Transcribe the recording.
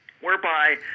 whereby